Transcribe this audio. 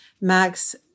Max